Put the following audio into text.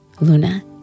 Luna